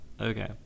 Okay